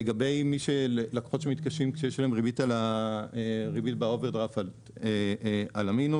לגבי לקוחות שמתקשים כשיש להם ריבית באוברדראפט על המינוס